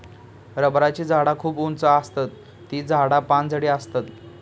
रबराची झाडा खूप उंच आसतत ती झाडा पानझडी आसतत